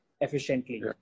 efficiently